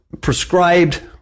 prescribed